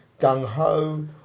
gung-ho